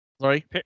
Sorry